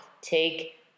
Take